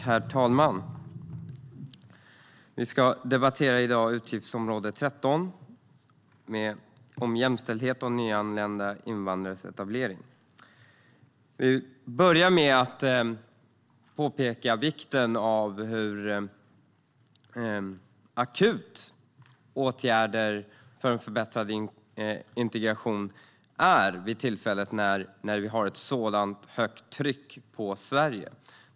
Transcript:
Herr talman! Vi debatterar i dag utgiftsområde 13 om jämställdhet och nyanlända invandrares etablering. I ett läge när vi har ett sådant högt tryck på Sverige är behovet av åtgärder för att förbättra integrationen akut.